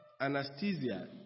anesthesia